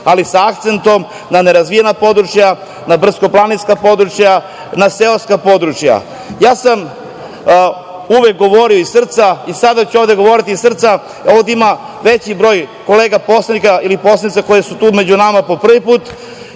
ali sa akcentom na nerazvijena područja, na brdsko-planinska područja, na seoska područja. Uvek sam govorio iz srca i sada ću ovde govoriti iz srca, ovde ima veći broj kolega poslanika ili poslanica koje su tu među nama po prvi put,